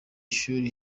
ishuri